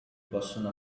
possono